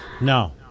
no